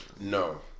No